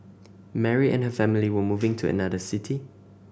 Mary and her family were moving to another city